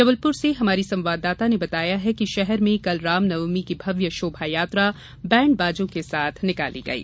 जबलपुर से हमारी संवाददाता ने बताया है कि शहर में कल रामनवमी की भव्य शोभायात्रा बैंड बाजों के साथ निकाली गयी